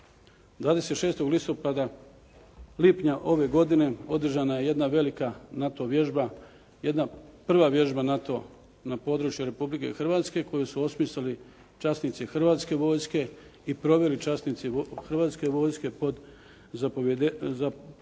26. lipnja ove godine održana je jedna velika NATO vježba, jedna prva vježba NATO na području Republike Hrvatske koju su osmislili časnici Hrvatske vojske i proveli časnici Hrvatske vojske pod zapovijedanjem